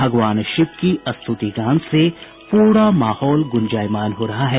भगवान शिव की स्तुति गान से पूरा माहौल गुंजायमाान हो रहा है